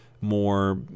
more